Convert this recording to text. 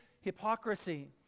hypocrisy